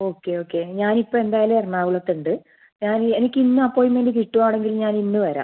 okay okay ഞാൻ ഇപ്പോൾ എന്തായാലും എറണാകുളത്തുണ്ട് ഞാൻ ഈ എനിക്ക് ഇന്ന് അപ്പോയിൻ്റ്മെൻ്റ് കിട്ടുകയാണെങ്കിൽ ഞാൻ ഇന്ന് വരാം